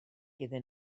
iddyn